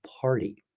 party